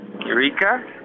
Eureka